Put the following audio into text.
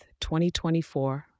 2024